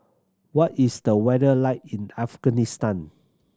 what is the weather like in Afghanistan